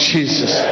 Jesus